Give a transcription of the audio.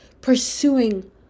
pursuing